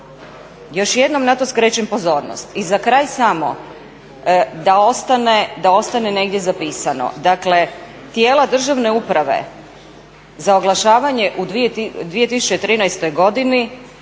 još jednom na to skrećem pozornost. I za kraj samo da ostane negdje zapisano, dakle tijela državne uprave za oglašavanje u 2013.godini